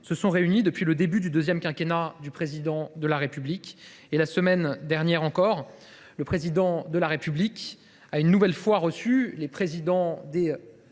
se sont réunis depuis le début du second quinquennat du Président de la République ; la semaine dernière encore, celui ci a une nouvelle fois reçu les présidents de